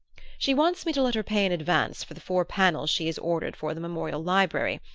she wants me to let her pay in advance for the four panels she has ordered for the memorial library.